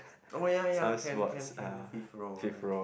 oh ya ya can can can free flow one uh